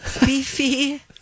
Beefy